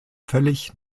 völlig